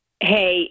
Hey